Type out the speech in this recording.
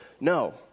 No